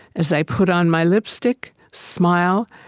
as i put on my lipstick, smile,